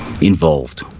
involved